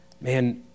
man